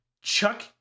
chuck